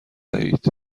دهید